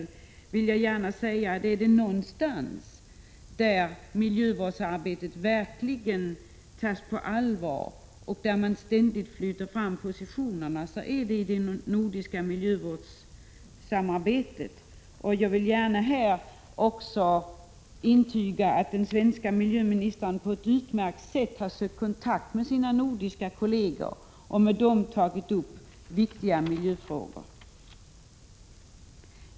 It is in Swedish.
Jag vill gärna säga att är det någonstans som miljövårdsarbetet verkligen tas på allvar och ständigt flyttar fram sina positioner är det inom det nordiska miljövårdssamarbetet. Jag vill här gärna intyga att den svenska miljöministern på ett utmärkt sätt har sökt kontakt med sina nordiska kolleger och med dem tagit upp viktiga miljöfrågor.